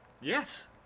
Yes